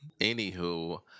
anywho